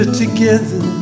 together